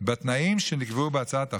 בתנאים שנקבעו בהצעת החוק,